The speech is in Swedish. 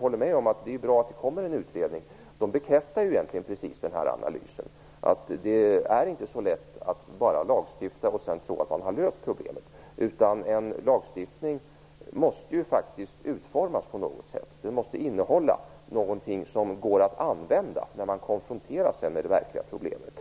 håller med om att det är bra att det skall göras en utredning bekräftar egentligen att det inte är så lätt som att bara lagstifta och sedan tro att problemet därigenom är löst. En lagstiftning måste ju utformas på något sätt. Den måste innehålla någonting som går att använda när man konfronteras med det verkliga problemet.